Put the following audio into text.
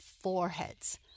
foreheads